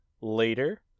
later